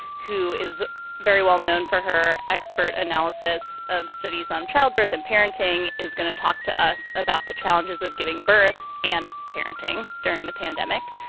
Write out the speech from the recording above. who is very well known for her expert analysis of studies on childbirth and parenting, is going to talk to us about the challenges of giving birth and parenting during a pandemic.